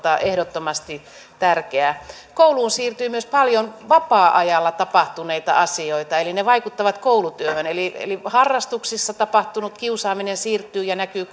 ehdottomasti tärkeää kouluun siirtyy myös paljon vapaa ajalla tapahtuneita asioita eli ne vaikuttavat koulutyöhön harrastuksissa tapahtunut kiusaaminen siirtyy ja näkyy